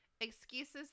Excuses